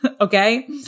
okay